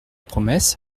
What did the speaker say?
promesse